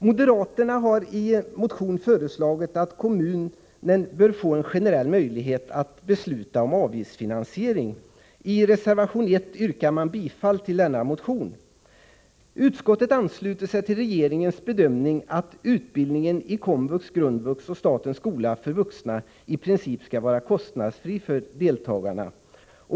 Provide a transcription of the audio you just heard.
Moderaterna har i en motion föreslagit att kommunen bör få en generell möjlighet att besluta om avgiftsfinansiering. I reservation nr 1 yrkar man bifall till denna motion. Utskottet ansluter sig till regeringens bedömning att utbildningen i komvux, grundvux och statens skolor för vuxna i princip skall vara kostnadsfri för deltagarna.